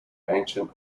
ancient